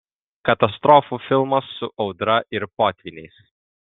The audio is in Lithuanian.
katastrofų filmas su audra ir potvyniais